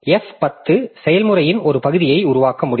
f10 செயல்முறையின் ஒரு பகுதியை உருவாக்க முடியும்